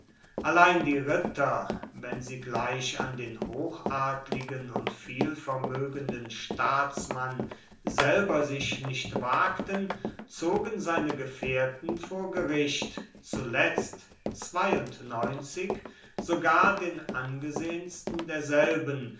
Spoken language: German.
allein die ritter wenn sie gleich an den hochadligen und vielvermögenden staatsmann selber sich nicht wagten zogen seine gefährten vor gericht zuletzt sogar den angesehensten derselben